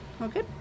Okay